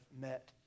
met